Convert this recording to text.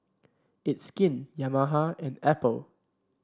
It's Skin Yamaha and Apple